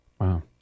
Wow